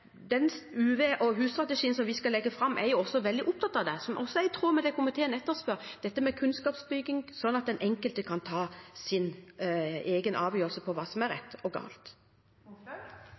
og hudkreftstrategien som vi skal legge fram, er veldig opptatt av, i tråd med det komiteen etterspør, dette med kunnskapsbygging, slik at den enkelte kan ta en egen avgjørelse når det gjelder hva som er rett og galt.